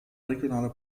regionale